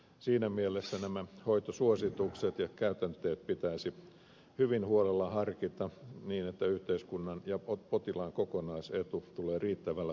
siinä mielessä näitä hoitosuosituksia ja käytänteitä pitäisi hyvin huolella harkita niin että yhteiskunnan ja potilaan kokonaisetu tulevat riittävällä huolellisuudella huomioiduiksi